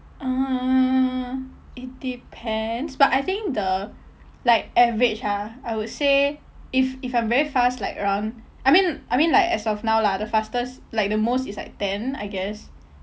uh it depends but I think the like average ah I would say if if I'm very last like around I mean I mean like as of now lah the fastest like the most is like ten I guess